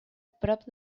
prop